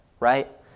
right